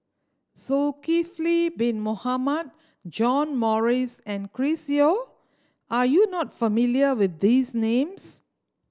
Zulkifli Bin Mohamed John Morrice and Chris Yeo are you not familiar with these names